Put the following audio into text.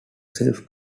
self